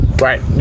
right